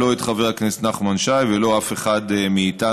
לא את חבר הכנסת נחמן שי ולא אף אחד מאיתנו,